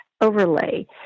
overlay